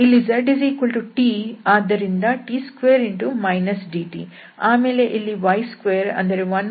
ಇಲ್ಲಿ zt ಆದ್ದರಿಂದ t2 dt ಆಮೇಲೆ ಇಲ್ಲಿ y2 ಅಂದರೆ 1 t2 ಇದೆ